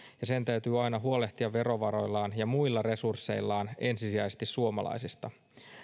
ja että sen täytyy aina huolehtia verovaroillaan ja muilla resursseillaan ensisijaisesti suomalaisista